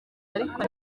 ariko